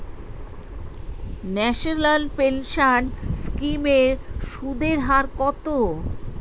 National pension scheme এর সুদের হার কত?